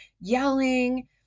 yelling